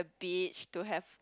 beach to have